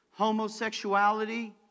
homosexuality